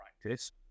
practice